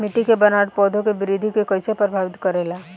मिट्टी के बनावट पौधों की वृद्धि के कईसे प्रभावित करेला?